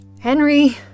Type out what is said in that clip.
Henry